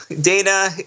Dana